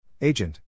Agent